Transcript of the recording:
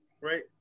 right